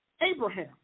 Abraham